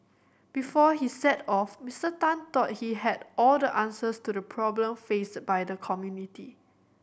before he set off Mister Tan thought he had all the answers to the problem faced by the community